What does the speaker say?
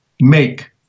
make